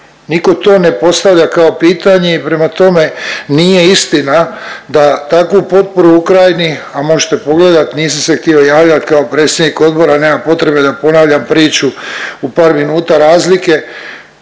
niko to ne postavlja kao pitanje i prema tome nije istina da takvu potporu Ukrajini, a možete pogledat, nisam se htio javljat kao predsjednik odbora, nema potrebe da ponavljam priču u par minuta razlike,